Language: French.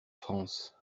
france